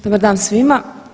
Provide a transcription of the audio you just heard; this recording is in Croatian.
Dobar dan svima.